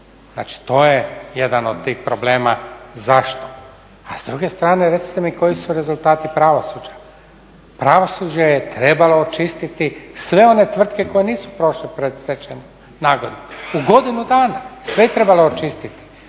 Znači to je jedan od tih problema zašto. A s druge strane recite mi koji su rezultati pravosuđa? Pravosuđe je trebalo očistiti sve one tvrtke koje nisu prošle predstečajnu nagodbu, u godinu dana sve je trebalo očistiti